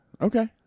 Okay